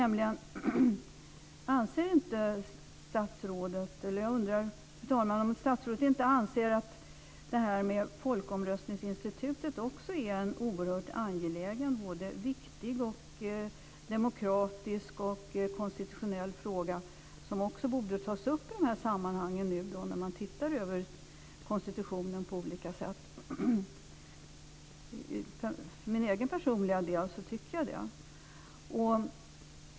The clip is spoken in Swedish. Jag undrar nämligen, fru talman, om statsrådet inte anser att folkomröstningsinstitutet också är en oerhört angelägen och viktig, både demokratisk och konstitutionell, fråga som borde tas upp i de här sammanhangen, nu när man tittar över konstitutionen på olika sätt. För min egen personliga del så tycker jag det.